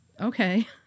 Okay